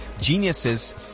geniuses